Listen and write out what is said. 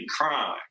crime